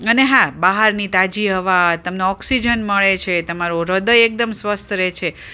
અને હા બહારની તાજી હવા તમને ઓક્સિજન મળે છે તમારું હ્રદય એકદમ સ્વસ્થ રહે છે